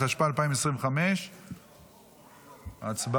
התשפ"ה 2025. חוק